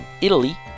Italy